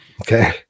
okay